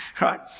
right